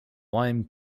lime